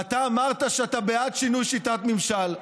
ואתה אמרת שאתה בעד שינוי שיטת ממשל,